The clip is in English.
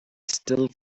still